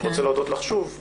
אני רוצה להודות לך שוב.